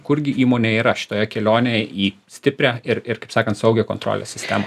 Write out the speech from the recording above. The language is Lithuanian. kurgi įmonė yra šitoje kelionėje į stiprią ir ir kaip sakan saugią kontrolės sistemą